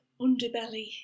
underbelly